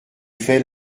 fait